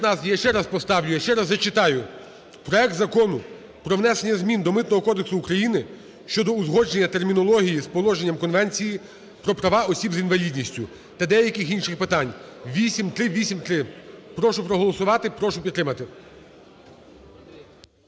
Я ще раз поставлю. Я ще раз зачитаю: проект Закону про внесення змін до Митного кодексу України щодо узгодження термінології з положеннями Конвенції про права осіб з інвалідністю та деяких інших питань (8383). Прошу проголосувати. Прошу підтримати.